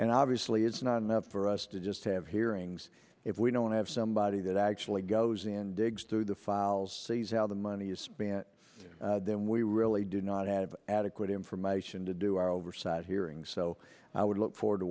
and obviously it's not enough for us to just have hearings if we don't have somebody that actually goes and digs through the files sees how the money is spent then we really do not have adequate information to do our oversight hearings so i would look forward to